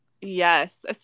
Yes